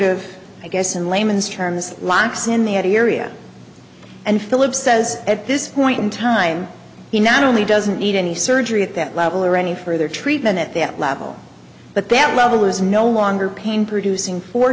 of i guess in layman's terms locks in the area and philip says at this point in time he not only doesn't need any surgery at that level or any further treatment at that level but that level is no longer pain producing for